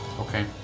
Okay